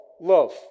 love